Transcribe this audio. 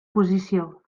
posició